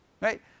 right